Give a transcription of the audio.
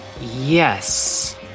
Yes